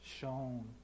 shown